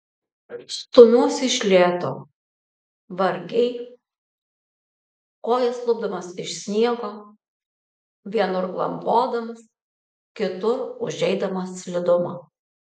stumiuosi iš lėto vargiai kojas lupdamas iš sniego vienur klampodamas kitur užeidamas slidumą